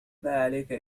ماعليك